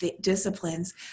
disciplines